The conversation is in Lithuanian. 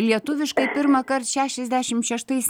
lietuviškai pirmąkart šešiasdešimt šeštais